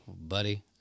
Buddy